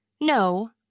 no